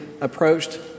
approached